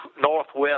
northwest